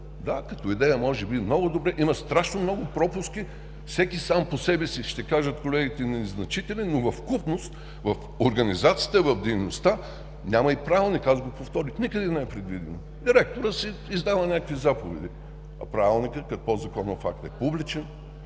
да, като идея може би е много добър, има страшно много пропуски. Всеки сам по себе си, ще кажат колегите, е незначителен, но в съвкупност, в организацията, в дейността, няма и Правилник, аз го повторих. Никъде не е предвидено. Директорът си издава някакви заповеди. А Правилникът, като подзаконов акт е публичен.